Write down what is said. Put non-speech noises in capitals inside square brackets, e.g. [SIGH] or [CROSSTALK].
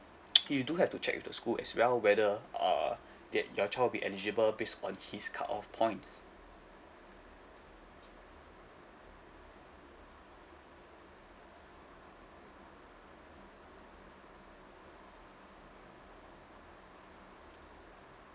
[NOISE] you do have to check with the school as well whether uh [BREATH] that your child will be eligible based on his cut off points